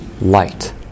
light